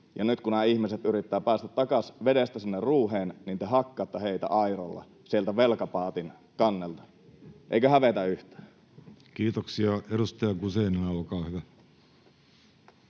ja nyt kun nämä ihmiset yrittävät päästä takaisin vedestä sinne ruuheen, niin te hakkaatte heitä airolla sieltä velkapaatin kannelta. Eikö hävetä yhtään? [Speech 72] Speaker: Jussi Halla-aho